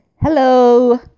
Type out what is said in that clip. Hello